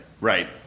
Right